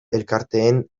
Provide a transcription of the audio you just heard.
elkarteen